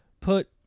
put